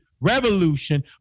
revolution